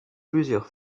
plusieurs